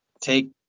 take